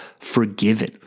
forgiven